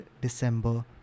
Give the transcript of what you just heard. December